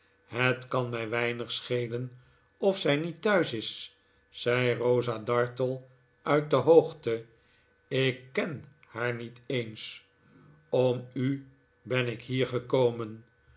het kan mij weinig schelen of zij niet thuis is zei rosa dartle uit de hoogte ik ken haar niet eens om u ben ik hier gekomen